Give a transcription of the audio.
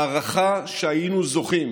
ההערכה, שהיינו זוכים